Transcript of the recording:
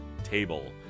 Table